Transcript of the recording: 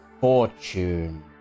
fortune